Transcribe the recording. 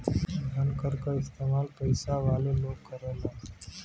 धनकर क इस्तेमाल पइसा वाले लोग करेलन